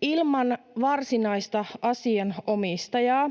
ilman varsinaista asianomistajaa.